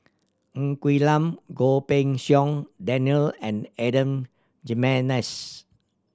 Ng Quee Lam Goh Pei Siong Daniel and Adan Jimenez